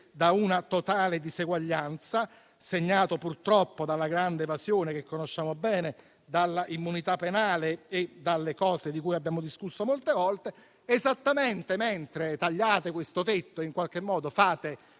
da una totale diseguaglianza, dalla grande evasione che purtroppo conosciamo bene, dall'immunità penale e dalle questioni di cui abbiamo discusso molte volte. Esattamente mentre tagliate questo tetto è, in qualche modo, fate